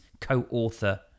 co-author